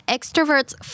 Extroverts